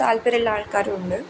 താല്പര്യം ഉള്ള ആൾക്കാരും ഉണ്ട്